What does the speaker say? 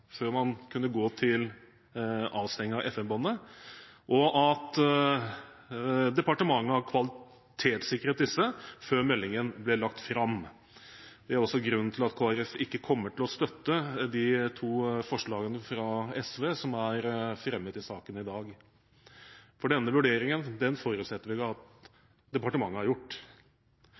før man kunne gå til avstenging av FM-båndet, og at departementet har kvalitetssikret disse før meldingen ble lagt fram. Det er også grunnen til at Kristelig Folkeparti ikke kommer til å støtte de to forslagene fra SV som er fremmet i saken i dag. Denne vurderingen forutsetter vi at